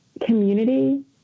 community